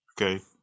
Okay